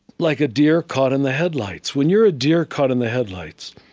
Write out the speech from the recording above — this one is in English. like a deer caught in the headlights. when you're a deer caught in the headlights,